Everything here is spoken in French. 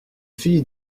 filles